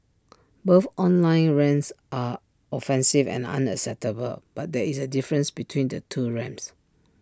both online rants are offensive and unacceptable but there is A difference between the two rants